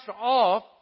off